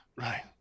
Right